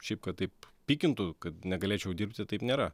šiaip kad taip pykintų kad negalėčiau dirbti taip nėra